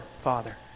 Father